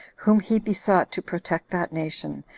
whom he besought to protect that nation,